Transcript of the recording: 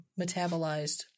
metabolized